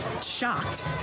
shocked